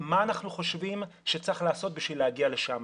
אני אומר מה אנחנו חושבים שצריך לעשות כדי להגיע לשם.